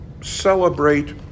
Celebrate